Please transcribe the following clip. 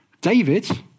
David